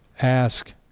ask